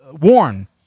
warn